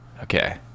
Okay